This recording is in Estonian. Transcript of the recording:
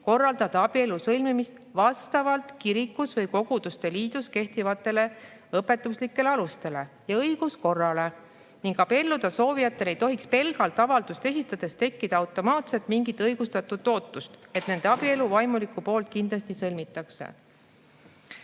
korraldada abielu sõlmimist vastavalt kirikus või koguduste liidus kehtivatele õpetuslikele alustele ja õiguskorrale ning abielluda soovijatel ei tohiks pelgalt avaldust esitades tekkida automaatselt mingit õigustatud ootust, et nende abielu vaimuliku poolt kindlasti sõlmitakse."